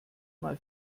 mal